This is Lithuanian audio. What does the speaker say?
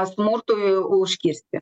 smurtui užkirsti